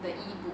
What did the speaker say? the ebook